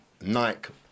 Nike